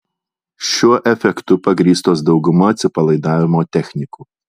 šiuo efektu pagrįstos dauguma atsipalaidavimo technikų